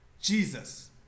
Jesus